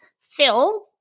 Phil